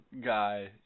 guy